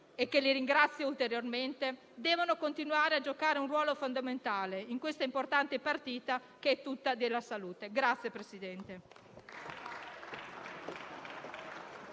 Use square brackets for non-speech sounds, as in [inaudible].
che ringrazio ulteriormente, debbano continuare a giocare un ruolo fondamentale in questa importante partita che è tutta della salute. [applause]